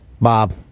Bob